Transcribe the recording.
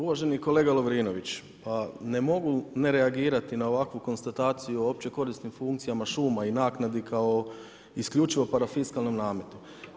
Uvaženi kolega Lovrinović, ne mogu ne reagirati na ovakvu konstataciju uopće o korisnim funkcijama šuma i naknadi kao isključivo parafiskalnom nametu.